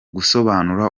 gusobanura